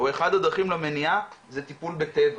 או אחת הדרכים למניעה זה טיפול בטבע.